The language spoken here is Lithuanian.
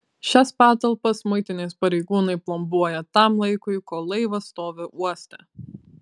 šias patalpas muitinės pareigūnai plombuoja tam laikui kol laivas stovi uoste